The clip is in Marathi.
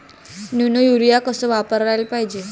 नैनो यूरिया कस वापराले पायजे?